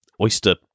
oyster